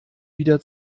wieder